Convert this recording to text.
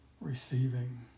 receiving